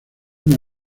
una